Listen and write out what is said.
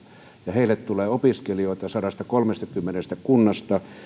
heille tulee opiskelijoita sadastakolmestakymmenestä kunnasta